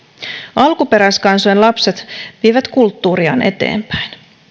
alkuperäiskansojen lapset vievät kulttuuriaan eteenpäin